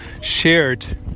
shared